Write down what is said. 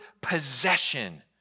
possession